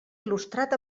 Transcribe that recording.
il·lustrat